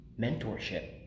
mentorship